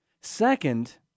Second